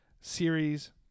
series